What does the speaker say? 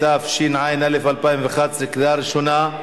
התשע"א 2011, קריאה ראשונה.